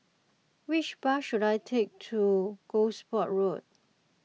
which bus should I take to Gosport Road